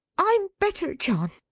i'm better, john,